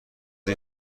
این